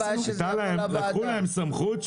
לקחו להם סמכות,